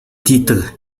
titre